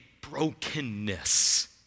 brokenness